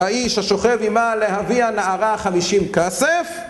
האיש השוכב עמה לאבי הנערה חמישים כסף